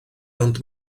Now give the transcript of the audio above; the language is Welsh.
ond